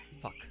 Fuck